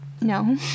no